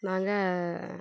நாங்கள்